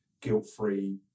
guilt-free